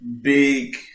big